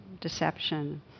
deception